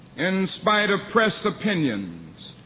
in spite of press opinions,